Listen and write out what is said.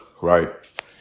Right